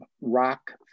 rock